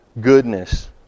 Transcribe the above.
goodness